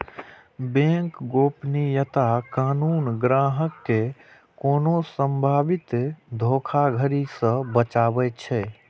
bank गोपनीयता कानून ग्राहक कें कोनो संभावित धोखाधड़ी सं बचाबै छै